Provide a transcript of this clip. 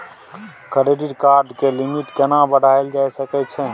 Credit card के limit केना बढायल जा सकै छै?